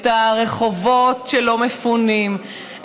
את הרחובות שלא מפונים,